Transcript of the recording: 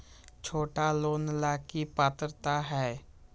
छोटा लोन ला की पात्रता है?